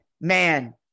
man